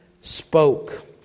spoke